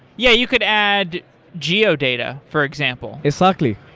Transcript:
yeah, you could add geo-data, for example. exactly.